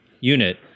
unit